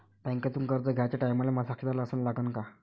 बँकेतून कर्ज घ्याचे टायमाले मले साक्षीदार अन लागन का?